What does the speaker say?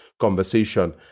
conversation